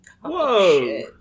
Whoa